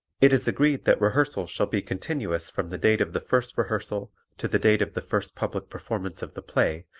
it is agreed that rehearsals shall be continuous from the date of the first rehearsal to the date of the first public performance of the play,